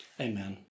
Amen